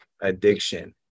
addiction